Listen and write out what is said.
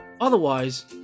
Otherwise